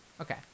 okay